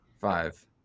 Five